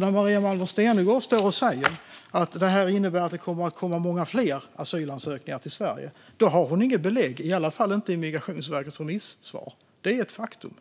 När Maria Malmer Stenergard står och säger att detta innebär att det kommer att komma många fler asylansökningar till Sverige har hon alltså inga belägg, i alla fall inte i Migrationsverkets remissvar. Det är ett faktum.